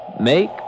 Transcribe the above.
make